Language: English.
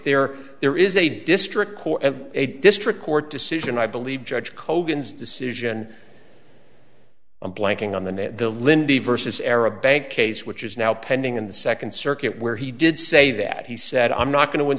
there there is a district court and a district court decision i believe judge kogan decision i'm blanking on the net the lindy versus era bank case which is now pending in the second circuit where he did say that he said i'm not going to in